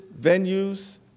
venues